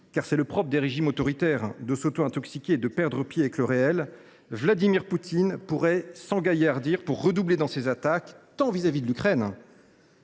car c’est le propre des régimes autoritaires de s’auto intoxiquer et de perdre pied avec le réel, Vladimir Poutine pourrait s’enhardir et redoubler ses attaques, tant contre l’Ukraine